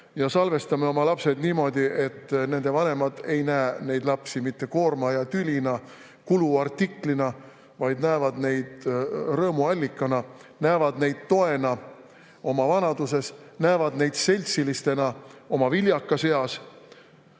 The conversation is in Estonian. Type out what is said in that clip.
ja salvestame oma lapsed niimoodi, et nende vanemad ei näe lapsi mitte koorma ja tülina, kuluartiklina, vaid näevad neid rõõmu allikana, näevad neid toena oma vanaduses, näevad neid seltsilistena oma viljakas eas.